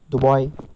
Dubai